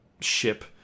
ship